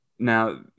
Now